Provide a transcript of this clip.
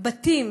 בתים